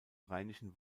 rheinischen